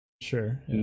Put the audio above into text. Sure